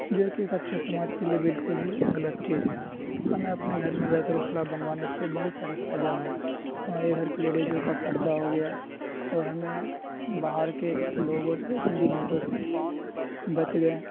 جو کہ ایک اچھے سماج کے لیے بالکل ہی غلط چیز ہے ہمیں اپنے گھر میں بیت الخلاء بنوانے سے بہت سارے فائدے ہوئے ہمارے گھر کی لیڈیزوں کا پردہ ہو گیا اور ہمیں باہر کے لوگوں سے بھی گندی نظروں سے بچ گئے